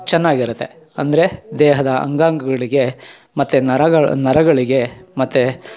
ಚೆನ್ನಾಗಿರತ್ತೆ ಅಂದರೆ ದೇಹದ ಅಂಗಾಂಗಗಳಿಗೆ ಮತ್ತು ನರಗಳು ನರಗಳಿಗೆ ಮತ್ತು